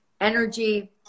energy